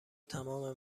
تمام